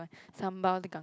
sambal kang~